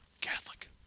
Catholic